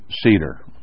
cedar